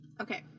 Okay